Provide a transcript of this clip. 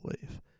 believe